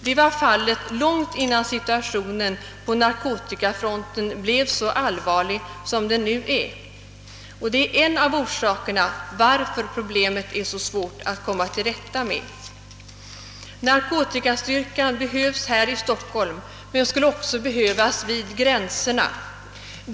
Det var den långt innan situationen på narkotikafronten blev så allvarlig som den nu är, och det är en av orsakerna till att problemet är så svårt att komma till rätta med. Narkotikastyrkan behövs här i Stockholm, men den skulle också behövas vid våra gränser.